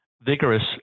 vigorous